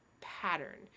pattern